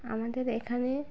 আমাদের এখানে